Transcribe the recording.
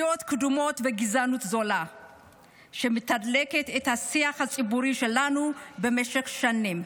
דעות קדומות וגזענות זולה שמתדלקת את השיח הציבורי שלנו במשך שנים.